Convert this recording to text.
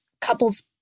couples